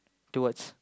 towards